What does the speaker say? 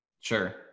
Sure